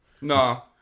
No